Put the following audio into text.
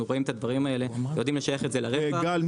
רואים את הדברים האלה ויודעים לשייך את זה לרווח --- גל,